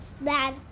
bad